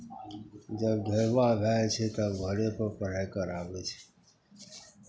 जब घेरुआ भए जाइ छै तब घरेपर पढ़ाइ कराबै छियै